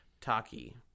Taki